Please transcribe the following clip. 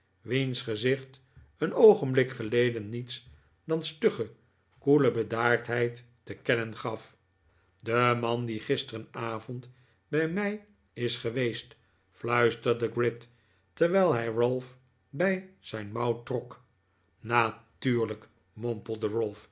wiens gezicht een oogenblik geleden niets dan stugge koele bedaardheid te kennen gaf de man die gisteravond bij mij is geweest fluisterde gride terwijl hij ralph bij zijn mouw trok natuurlijk